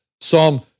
Psalm